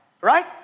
Right